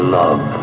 love